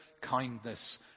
Kindness